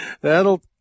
that'll